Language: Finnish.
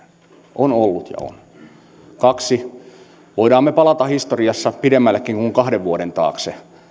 on ollut ja on toiseksi voimme me palata historiassa pidemmällekin kuin kahden vuoden taakse